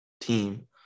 team